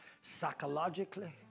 psychologically